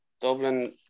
Dublin